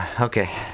Okay